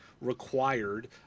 required